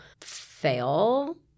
fail